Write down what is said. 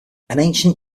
ancient